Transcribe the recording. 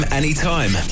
anytime